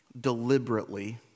deliberately